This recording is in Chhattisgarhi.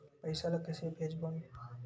पईसा ला कइसे भेजबोन?